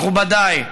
מכובדיי,